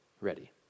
ready